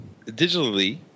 digitally